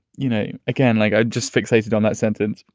you know, again, like i just fixated on that sentence.